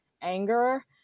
anger